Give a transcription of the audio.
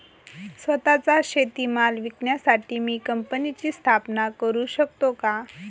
स्वत:चा शेतीमाल विकण्यासाठी मी कंपनीची स्थापना करु शकतो का?